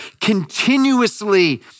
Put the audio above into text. continuously